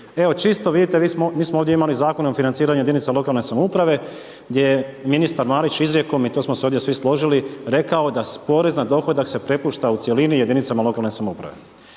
Evo čisto vidite, mi smo ovdje imali Zakon o financiranju jedinica lokalne samouprave gdje je ministar Marić izrijekom i to smo se ovdje svi složili, rekao da porez na dohodak se prepušta u cjelini jedinicama lokalne samouprave.